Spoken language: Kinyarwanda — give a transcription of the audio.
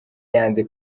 yanze